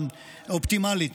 האופטימלית,